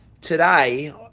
today